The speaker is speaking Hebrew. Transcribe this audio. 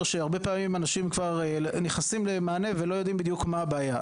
שהרבה פעמים אנשים לא מבינים מה בדיוק הבעיה.